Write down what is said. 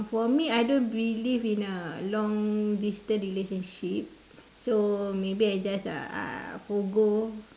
for me I don't believe in a long distant relationship so maybe I just uh forgo